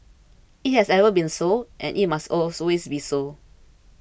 it has ever been so and it must always be so